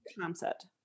concept